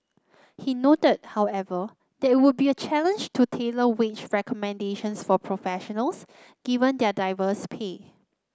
he noted however that it would be a challenge to tailor wage recommendations for professionals given their diverse pay